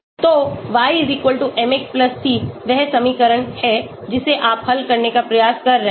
तो y mx c वह समीकरण है जिसे आप हल करने का प्रयास कर रहे हैं